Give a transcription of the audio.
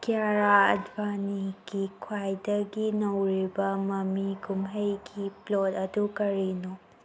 ꯀꯤꯌꯔꯥ ꯑꯗꯕꯥꯅꯤꯒꯤ ꯈ꯭ꯋꯥꯏꯗꯒꯤ ꯅꯧꯔꯤꯕ ꯃꯃꯤ ꯀꯨꯝꯍꯩꯒꯤ ꯄ꯭ꯂꯣꯠ ꯑꯗꯨ ꯀꯔꯤꯅꯣ